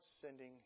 sending